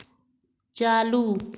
चालू